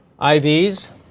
IVs